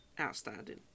Outstanding